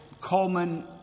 common